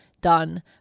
done